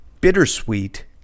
bittersweet